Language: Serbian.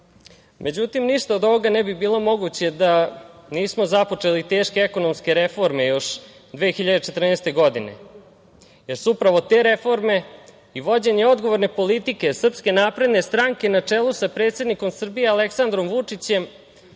ništa od ovoga ne bi bilo moguće da nismo započeli teške ekonomske reforme još 2014. godine, jer su upravo te reforme i vođenje odgovorne politike SNS na čelu sa predsednikom Srbije Aleksandrom Vučićem